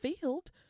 field